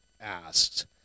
asked